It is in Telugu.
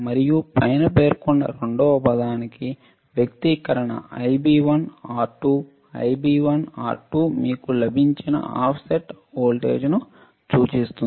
మరియు పైన పేర్కొన్న రెండవ పదానికి వ్యక్తీకరణ Ib1 R2 Ib1 R2 మీకు లభించిన ఆఫ్సెట్ వోల్టేజ్ను సూచిస్తుంది